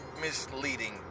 misleading